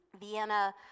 Vienna